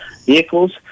Vehicles